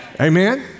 amen